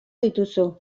dituzu